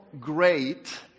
great